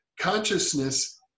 consciousness